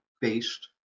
based